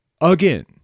again